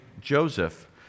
Joseph